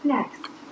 Next